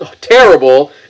terrible